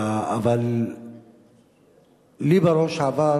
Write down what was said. אבל לי בראש עבר